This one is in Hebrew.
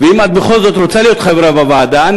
ואם את בכל זאת רוצה להיות חברה בוועדה,